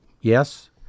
yes